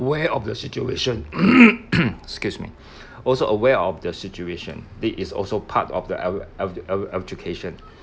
aware of the situation excuse me also aware of the situation this is also part of the e~ e~ e~ education